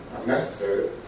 unnecessary